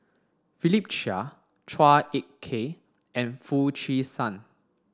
Philip Chia Chua Ek Kay and Foo Chee San